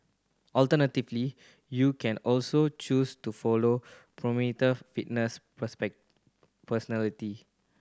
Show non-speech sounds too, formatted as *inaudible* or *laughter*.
alternatively you can also choose to follow prominent fitness *unintelligible* personality